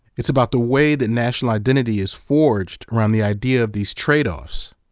it's about the way that national identity is forged around the idea of these trade-offs.